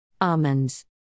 Almonds